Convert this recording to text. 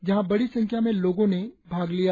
जहां बड़ी संख्या में लोगों ने भाग लिया